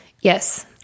Yes